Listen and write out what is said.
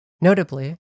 Notably